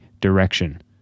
direction